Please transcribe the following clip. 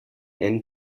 end